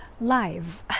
live